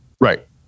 Right